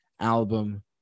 Album